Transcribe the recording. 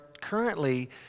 currently